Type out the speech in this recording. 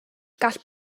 gall